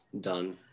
done